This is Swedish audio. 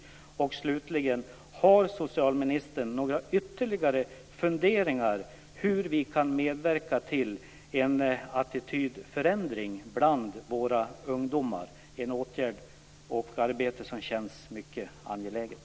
Slutligen: Har socialministern några ytterligare funderingar om hur vi kan medverka till en attitydförändring bland våra ungdomar? Det är ett arbete som känns mycket angeläget.